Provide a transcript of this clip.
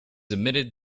admitted